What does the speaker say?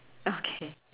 okay